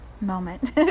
moment